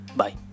bye